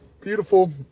beautiful